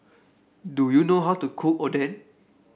do you know how to cook Oden